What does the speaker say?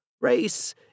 race